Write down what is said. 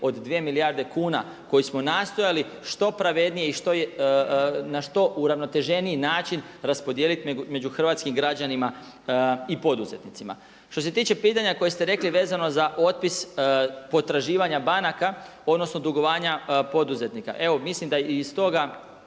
od 2 milijardi kuna koju smo nastojali što pravednije i na što uravnoteženiji način raspodijeliti među hrvatskim građanima i poduzetnicima. Što se tiče pitanja koje ste rekli vezano za otpis potraživanja banaka, odnosno dugovanja poduzetnika. Evo mislim da i iz toga